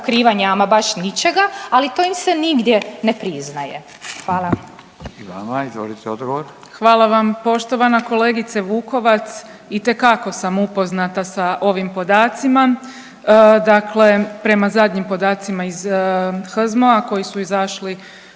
I vama. Izvolite odgovor. **Burić, Majda (HDZ)** Hvala vam poštovana kolegice Vukovac, itekako sam upoznata sa ovim podacima. Dakle, prema zadnjim podacima iz HZMO-a koji su izašli